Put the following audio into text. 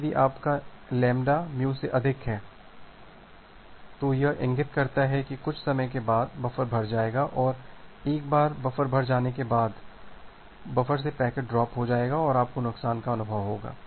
अब यदि आपका λ μ से अधिक है तो यह इंगित करता है कि कुछ समय बाद बफर भर जाएगा और एक बार बफर भर जाने के बाद बफर से पैकेट ड्रॉप हो जाएगा और आपको नुकसान का अनुभव होगा